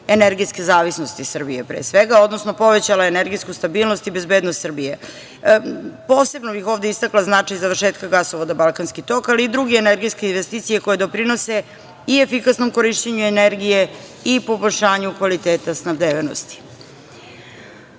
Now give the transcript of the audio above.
energetske zavisnosti Srbije, pre svega, odnosno povećala energetsku stabilnost i bezbednost Srbije. Posebno bih ovde istakla značaj završetka gasovoda „Balkanski tok“, ali i druge energetske investicije, koje doprinose i efikasnom korišćenju energije i poboljšanju kvaliteta snabdevenosti. Radi